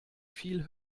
viel